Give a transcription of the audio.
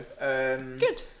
Good